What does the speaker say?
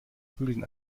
bügeln